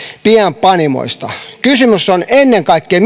pienpanimoista kysymys on minun näkökulmastani ennen kaikkea